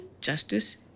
justice